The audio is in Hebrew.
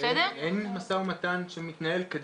אין משא ומתן שמתנהל.